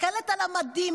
מסתכלת על המדים,